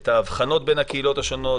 את ההבחנות בין הקהילות השונות,